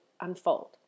unfold